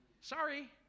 Sorry